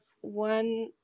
one